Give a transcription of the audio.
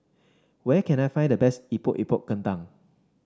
where can I find the best Epok Epok Kentang